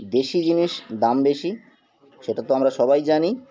বেশি জিনিস দাম বেশি সেটা তো আমরা সবাই জানি